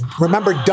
remember